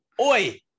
Oi